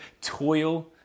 toil